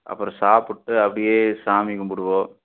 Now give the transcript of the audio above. அப்புறம் சாப்பிட்டு அப்படியே சாமி கும்பிடுவோம்